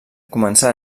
començà